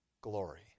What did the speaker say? glory